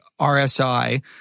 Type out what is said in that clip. RSI